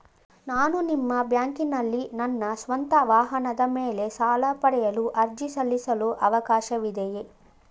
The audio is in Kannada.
ನಾನು ನಿಮ್ಮ ಬ್ಯಾಂಕಿನಲ್ಲಿ ನನ್ನ ಸ್ವಂತ ವಾಹನದ ಮೇಲೆ ಸಾಲ ಪಡೆಯಲು ಅರ್ಜಿ ಸಲ್ಲಿಸಲು ಅವಕಾಶವಿದೆಯೇ?